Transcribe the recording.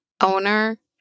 owner